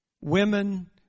Women